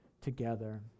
together